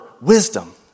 wisdom